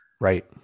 Right